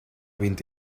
vint